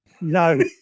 No